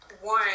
One